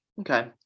Okay